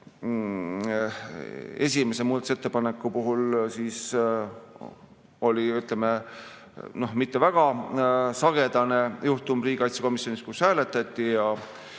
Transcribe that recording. esimese muudatusettepaneku puhul oli mitte väga sagedane juhtum riigikaitsekomisjonis, kus hääletati ja